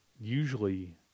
usually